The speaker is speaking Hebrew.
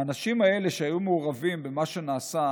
האנשים האלה שהיו מעורבים במה שנעשה,